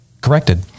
corrected